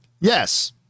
yes